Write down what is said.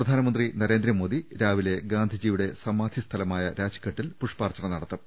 പ്രധാനമന്ത്രി നരേന്ദ്ര മോദി രാവിലെ ഗാന്ധിജിയുടെ സമാധിസ്ഥലമായ രാജ്ഘട്ടിൽ പുഷ്പാർച്ചന നടത്തും